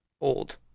old